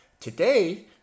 Today